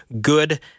good